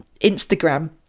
Instagram